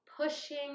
pushing